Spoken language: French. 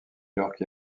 york